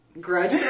Grudge